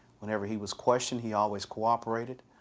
whenever he was questioned, he always cooperated.